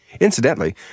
Incidentally